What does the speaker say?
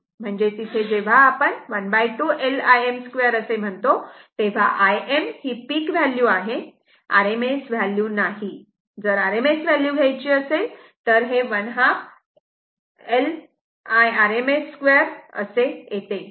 म्हणजेच इथे जेव्हा आपण ½ L Im 2 असे म्हणतो तेव्हा Im ही पीक व्हॅल्यू आहे RMS व्हॅल्यू नाही जर RMS व्हॅल्यू घ्यायची असेल तर हे ½ L Irms2 असे येते